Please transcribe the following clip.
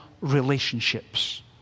relationships